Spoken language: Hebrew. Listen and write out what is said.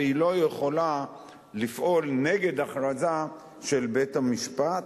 והיא לא יכולה לפעול נגד הכרזה של בית-המשפט.